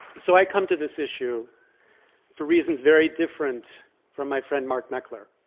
so, i come to this issue for reasons very different from my friend, mark meckler.